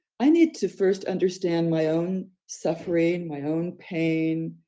i need to first understand my own suffering, my own pain,